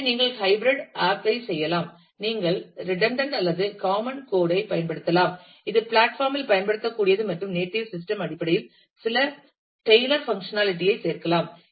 எனவே நீங்கள் ஒரு ஹைபிரிட் ஆப் ஐ செய்யலாம் நீங்கள் ரிடன்டன்ட் அல்லது காமன் கோட் ஐ பயன்படுத்தலாம் இது பிளாட்பார்ம் இல் பயன்படுத்தக்கூடியது மற்றும் நேட்டிவ் சிஸ்டம் அடிப்படையில் சில டெய்லர் பங்க்ஷநாலிட்டி ஐ சேர்க்கலாம்